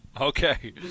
Okay